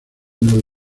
nos